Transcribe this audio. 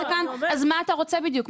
מה אתה רוצה בדיוק?